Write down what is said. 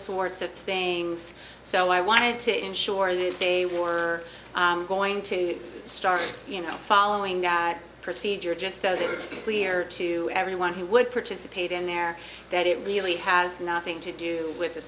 sorts of things so i wanted to ensure this day we were going to start you know following the procedure just so that it's clear to everyone who would participate in there that it really has nothing to do with the